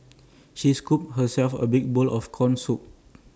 she scooped herself A big bowl of Corn Soup